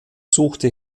suchte